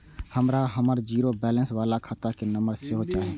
हमरा हमर zero balance बाला खाता के नम्बर सेहो चाही